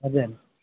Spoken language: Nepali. हजुर